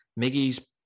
Miggy's